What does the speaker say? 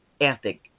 ethic